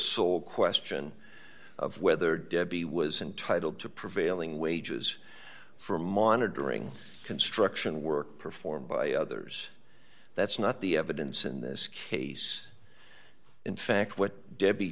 sole question of whether debbie was intitled to prevailing wages for monitoring construction work performed by others that's not the evidence in this case in fact what debbie